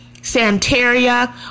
Santeria